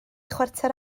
chwarter